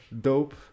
dope